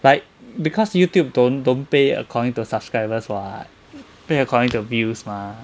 like because Youtube don't don't pay according to subscribers what pay according to viewers mah